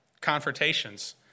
confrontations